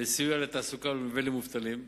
לסיוע לתעסוקה ולמובטלים.